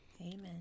Amen